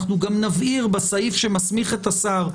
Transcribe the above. נבהיר בסעיף שמסמיך את השר,